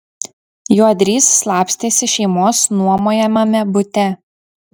juodrys slapstėsi šeimos nuomojamame bute